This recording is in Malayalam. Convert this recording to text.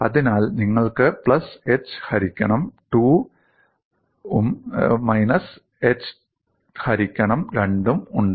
അതിനാൽ നിങ്ങൾക്ക് പ്ലസ് h ഹരിക്കണം 2 ഉം മൈനസ് h ഹരിക്കണം 2 ഉം ഉണ്ട്